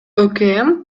өкм